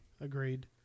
Agreed